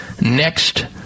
next